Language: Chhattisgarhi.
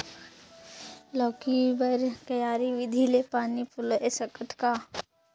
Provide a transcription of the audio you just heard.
लौकी बर क्यारी विधि ले पानी पलोय सकत का?